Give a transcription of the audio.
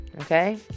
okay